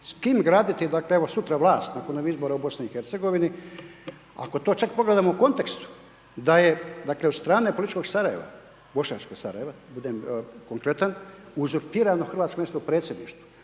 s kim graditi dakle evo sutra vlast, nakon ovih izbora u BiH. Ako to čak pogledamo u kontekstu da je dakle od strane političkog Sarajeva, bošnjačkog Sarajeva budem konkretan, uzurpirano hrvatsko mjesto u predsjedništvu,